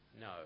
No